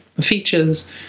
features